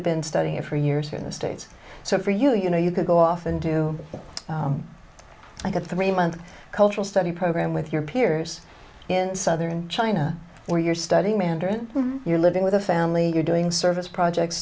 have been studying it for years here in the states so for you you know you could go off and do like a three month cultural study program with your peers in southern china where you're studying mandarin you're living with a family you're doing service projects